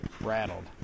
Rattled